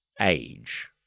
age